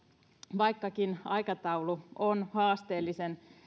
vaikkakin aikataulu on haasteellisen